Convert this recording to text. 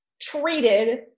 treated